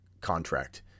contract